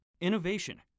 Innovation